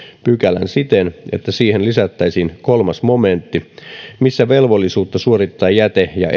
pykälän siten että siihen lisättäisiin kolmas momentti missä velvollisuutta suorittaa jäte ja